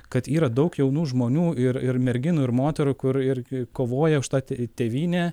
kad yra daug jaunų žmonių ir ir merginų ir moterų kur ir kovoja už tą tėvynę